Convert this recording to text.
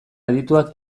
adituak